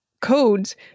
codes